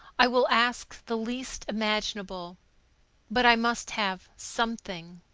i will ask the least imaginable but i must have something!